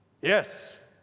Yes